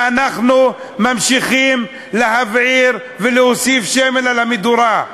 ואנחנו ממשיכים להבעיר ולהוסיף שמן למדורה.